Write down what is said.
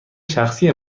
شخصی